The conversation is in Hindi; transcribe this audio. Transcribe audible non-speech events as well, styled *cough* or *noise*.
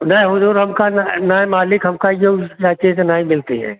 नहीं हुज़ूर हमें नहीं मालिक हम ये जो *unintelligible* चीज नहीं मिलती है